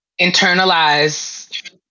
internalize